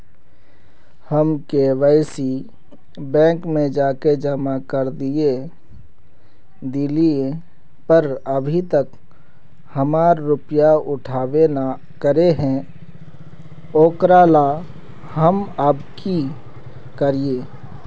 हम KYC bank में जाके जमा कर देलिए पर अभी तक हमर रुपया उठबे न करे है ओकरा ला हम अब की करिए?